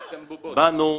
באנו,